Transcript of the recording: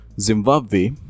Zimbabwe